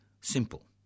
Simple